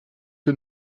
que